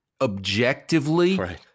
objectively